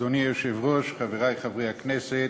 אדוני היושב-ראש, חברי חברי הכנסת,